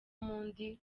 mundi